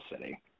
city